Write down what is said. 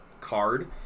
card